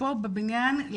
פה בבניין,